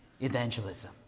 evangelism